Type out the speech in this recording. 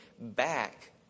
back